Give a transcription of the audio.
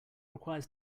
requires